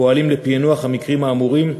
פועלים לפענוח המקרים האמורים.